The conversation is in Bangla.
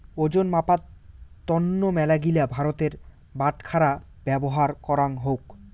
ওজন মাপার তন্ন মেলাগিলা ভারের বাটখারা ব্যবহার করাঙ হউক